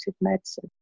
medicine